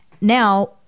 Now